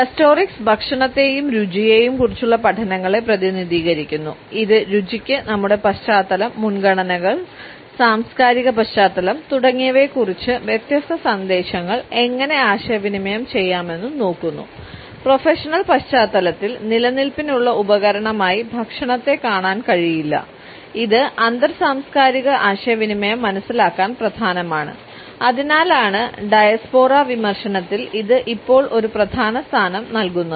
ഗസ്റ്റോറിക്സ് വിമർശനത്തിൽ ഇതിന് ഇപ്പോൾ ഒരു പ്രധാന സ്ഥാനം നൽകുന്നത്